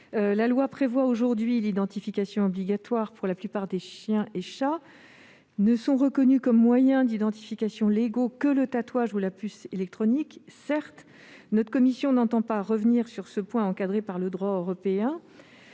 La loi prévoit aujourd'hui l'identification obligatoire de la plupart des chiens et chats. Ne sont reconnus comme moyens légaux d'identification que le tatouage ou la puce électronique, certes. Notre commission n'entend pas revenir sur ce point, encadré par le droit européen.